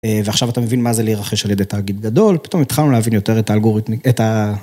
ועכשיו אתה מבין מה זה להירחש על ידי תאגיד גדול, פתאום התחלנו להבין יותר את האלגוריתמי... את ה...